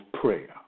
prayer